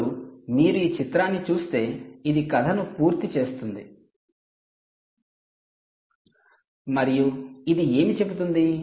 ఇప్పుడు మీరు ఈ చిత్రాన్ని చూస్తే ఇది కథను పూర్తి చేస్తుంది మరియు ఇది ఏమి చెబుతుంది